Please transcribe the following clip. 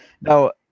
Now